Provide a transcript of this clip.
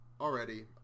already